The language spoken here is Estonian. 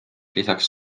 lisaks